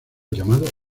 llamado